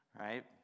right